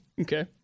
Okay